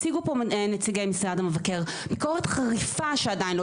הציגו פה נציגי משרד המבקר ביקורת חריפה שעדיין לא